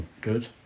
Good